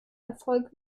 erfolg